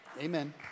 Amen